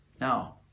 Now